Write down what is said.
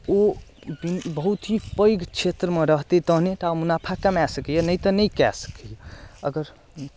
ओ बहुत ही पैग क्षेत्रमे रहतै तहने टा मुनाफा कमाए सकैया नहि तऽ नहि कए सकैया अगर